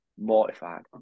Mortified